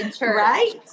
right